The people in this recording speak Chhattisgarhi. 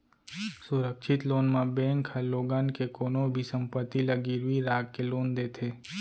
सुरक्छित लोन म बेंक ह लोगन के कोनो भी संपत्ति ल गिरवी राख के लोन देथे